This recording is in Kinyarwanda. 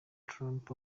trump